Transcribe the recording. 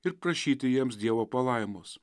ir prašyti jiems dievo palaimos